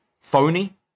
phony